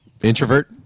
Introvert